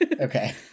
okay